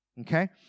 Okay